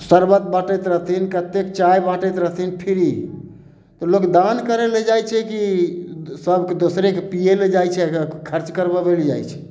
शरबत बँटैत रहथिन कतेक चाय बाँटैत रहथिन फिरी तऽ लोक दान करै लए जाइ छै कि सब दोसरेके पीयै लए जाइ छै खर्च करबऽबै लए जाइ छै